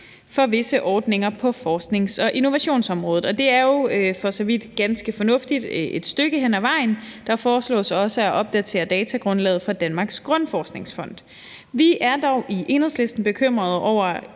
for visse ordninger på forsknings- og innovationsområdet. Det er jo for så vidt ganske fornuftigt et stykke hen ad vejen. Der foreslås også at opdatere datagrundlaget for Danmarks Grundforskningsfond. Vi er dog i Enhedslisten bekymret over